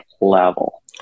level